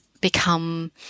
become